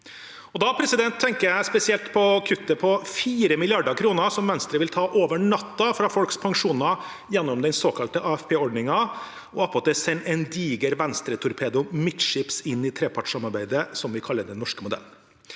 Da tenker jeg spesielt på kuttet på 4 mrd. kr., som Venstre vil ta over natten fra folks pensjoner gjennom den såkalte AFP-ordningen, og attpåtil sende en diger Venstre-torpedo midtskips inn i trepartssamarbeidet, som vi kaller den norske modellen.